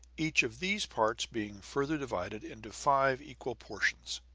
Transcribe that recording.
each of these parts being further divided into five equal portions.